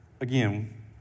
again